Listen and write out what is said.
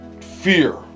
Fear